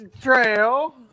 trail